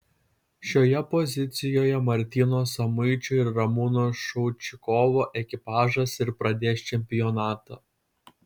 šioje pozicijoje martyno samuičio ir ramūno šaučikovo ekipažas ir pradės čempionatą